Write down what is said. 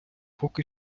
поки